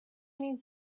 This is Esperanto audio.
min